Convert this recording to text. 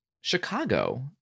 Chicago